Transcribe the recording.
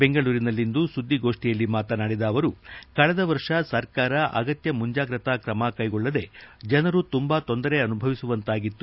ಬೆಂಗಳೂರಿನಲ್ಲಿಂದು ಸುದ್ದಿಗೋಷ್ಠಿಯಲ್ಲಿ ಮಾತನಾಡಿದ ಅವರು ಕಳೆದ ವರ್ಷ ಸರ್ಕಾರ ಅಗತ್ಯ ಮುಂಜಾಗ್ರತಾ ಕ್ರಮ ಕೈಗೊಳ್ಳದೆ ಜನರು ತುಂಬಾ ತೊಂದರೆ ಅನುಭವಿಸುವಂತಾಗಿತ್ತು